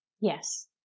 Yes